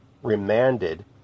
Remanded